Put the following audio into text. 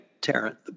Tarrant